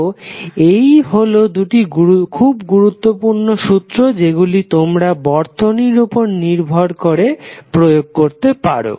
তো এই হলো দুটি খুব গুরুত্বপূর্ণ সূত্র যেগুলি তোমরা বর্তনীর উপর নির্ভর করে প্রয়োগ করতে পারো